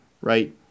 right